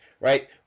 Right